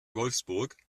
wolfsburg